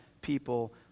people